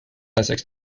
essex